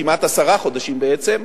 כמעט עשרה חודשים בעצם,